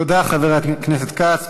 תודה, חבר הכנסת כץ.